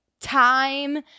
time